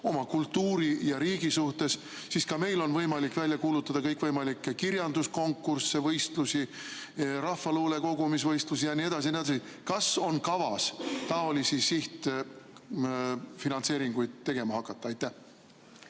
oma kultuuri ja riigi üle, siis ka meil on võimalik välja kuulutada kõikvõimalikke kirjanduskonkursse, võistlusi, rahvaluule kogumise võistlusi jne, jne. Kas on kavas niisuguseid sihtfinantseeringuid tegema hakata? Aitäh!